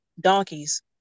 donkeys